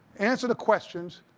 answer the questions,